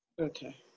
okay